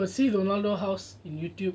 you got see ronaldo house in youtube